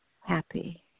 happy